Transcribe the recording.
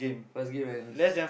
first game ends